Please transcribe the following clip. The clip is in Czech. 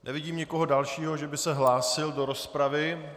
Nevidím nikoho dalšího, že by se hlásil do rozpravy.